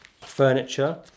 furniture